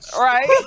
Right